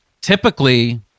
Typically